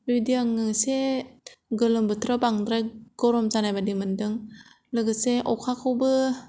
बे बायदि आं एसे गोलोम बोथोराव बांद्राय गरम जानाय बायदि मोनदों लोगोसे अखा खौबो